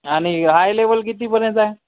आणि high level कितीपर्यंत आहे